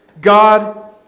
God